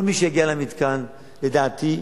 כל מי שיגיע למתקן, לדעתי,